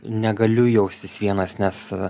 negaliu jaustis vienas nes